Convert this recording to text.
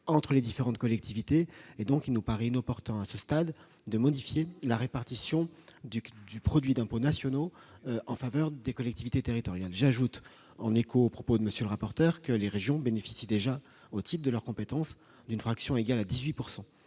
entre les différentes collectivités. Il nous paraît donc inopportun, à ce stade, de modifier la répartition du produit d'impôts nationaux en faveur des collectivités territoriales. J'ajoute, en écho aux propos de M. le rapporteur général, que les régions bénéficient déjà, au titre de leurs compétences, d'une fraction égale à 18